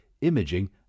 imaging